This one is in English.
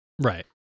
Right